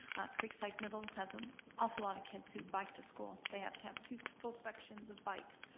creekside middle has an awful lot of kids who bike to school, they have to have two full sections of bikes.